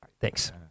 Thanks